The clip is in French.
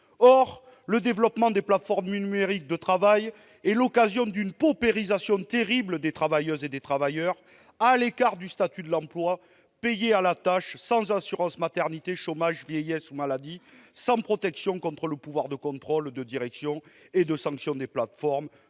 Or le développement des plateformes numériques de travail est l'occasion d'une paupérisation terrible des travailleuses et des travailleurs, à l'écart du statut de l'emploi, payés à la tâche, sans assurance maternité, chômage, vieillesse ou maladie, sans protection contre le pouvoir de contrôle, de direction et de sanction des plateformes,